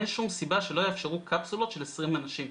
אין שום סיבה שלא יאפשרו קפסולות של 20 אנשים.